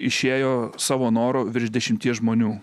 išėjo savo noru virš dešimties žmonių